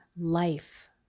life